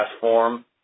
form